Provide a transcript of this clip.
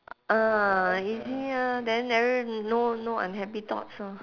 ah easy ah then every no no unhappy thoughts orh